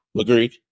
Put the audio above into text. Agreed